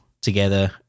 together